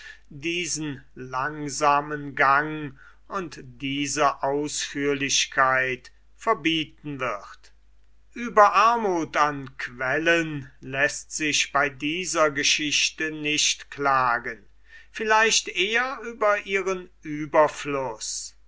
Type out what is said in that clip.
diesen langsamen gang und diese ausführlichkeit verbieten wird ueber armuth an quellen läßt sich bei dieser geschichte nicht klagen vielleicht eher über ihren